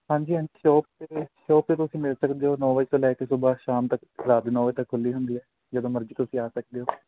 ਹਾਂਜੀ ਹਾਂਜੀ ਸ਼ੋ ਸ਼ੋਪ ਤੇ ਤੁਸੀਂ ਮਿਲ ਸਕਦੇ ਹੋ ਨੌਂ ਵਜੇ ਤੋਂ ਲੈ ਕੇ ਤੋਂ ਬਾਅਦ ਸ਼ਾਮ ਤੱਕ ਰਾਤ ਦੇ ਨੌਂ ਵਜੇ ਤੱਕ ਖੁੱਲੀ ਹੁੰਦੀ ਐ ਜਦੋਂ ਮਰਜ਼ੀ ਤੁਸੀਂ ਆ ਸਕਦੇ ਹੋ